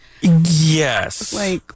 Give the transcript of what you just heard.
yes